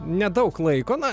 nedaug laiko na